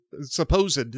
supposed